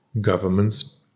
governments